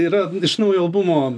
yra iš naujo albumo